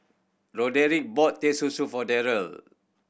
Roderic bought Teh Susu for Darrel